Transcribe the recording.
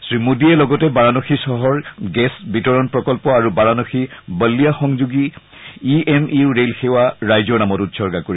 শ্ৰীমোডীয়ে লগতে বাৰানসী চহৰ গেছ বিতৰণ প্ৰকল্প আৰু বাৰানসী বল্লিয়া সংযোগী ইএমইউ ৰে লসেৱা ৰাইজৰ নামত উৎসৰ্গা কৰিব